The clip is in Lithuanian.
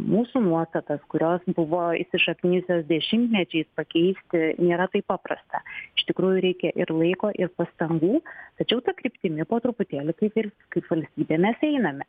mūsų nuostatas kurios buvo įsišaknijusios dešimtmečiais pakeisti nėra taip paprasta iš tikrųjų reikia ir laiko ir pastangų tačiau ta kryptimi po truputėlį kaip ir kaip valstybė mes einame